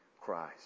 Christ